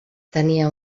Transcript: tenia